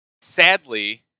sadly